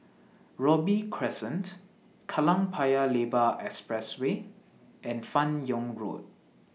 Robey Crescent Kallang Paya Lebar Expressway and fan Yoong Road